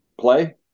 play